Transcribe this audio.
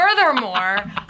furthermore